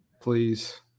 Please